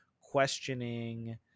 questioning